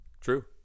True